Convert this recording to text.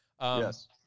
Yes